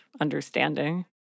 understanding